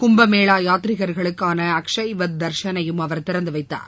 குப்பமேளா யாத்திரிகா்களுக்கான அக்ஷய்வத் தா்ஷனையுடம் அவர் திறந்து வைத்தார்